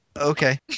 Okay